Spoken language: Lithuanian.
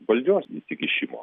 valdžios įsikišimo